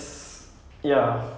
how many seasons is that